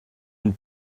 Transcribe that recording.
une